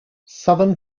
southern